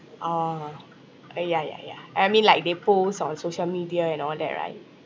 orh orh ya ya ya ya I mean like they post on social media and all that right